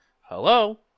Hello